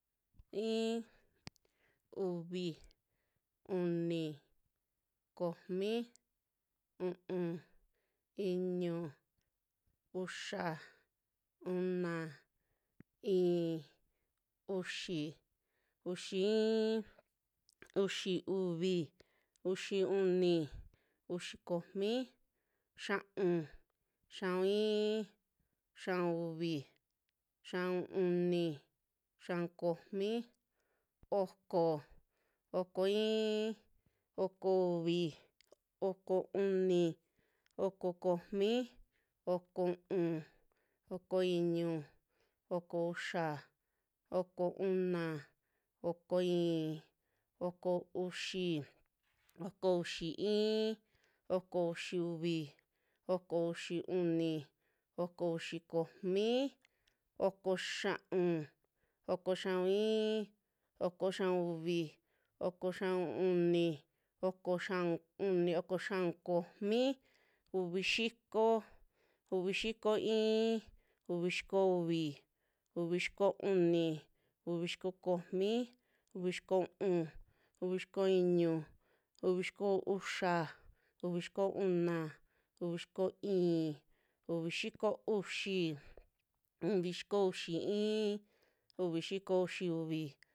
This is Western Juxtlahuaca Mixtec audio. Iin, uvi, uni, komi, u'un, iñu, uxa, una, i'in, uxi, uxi iin, uxiuvi, uxiuni, uxi komi, xia'un, xia'un iin, xia'un uvi, xia'un uni, xia'un komi, oko, oko iin, oko uvi, oko uni, oko komi, oko u'un, oko iñu, oko uxa, oko una, oko i'in, oko uxi, oko uxi iin, oko uxiuvi, oko uxiuni, oko uxi komi, oko xia'un, oko xia'un iin, oko xia'un uvi, oko xia'un uni, oko xia'un komi, uvi xiko, uvi xiko iin, uvi xiko uvi, uvi xiko uni, uvi xiko komi, uvi xiko u'un, uvi xiko iñu, uvi xiko uxa, uvi xiko una, uvi xiko i'in, uvi xiko uxi, uvi xiko uxi iin, uvi xiko ixi uvi.